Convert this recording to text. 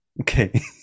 okay